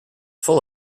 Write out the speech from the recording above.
full